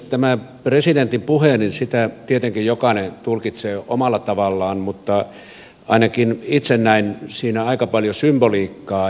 tätä presidentin puhetta tietenkin jokainen tulkitsee omalla tavallaan mutta ainakin itse näin siinä aika paljon symboliikkaa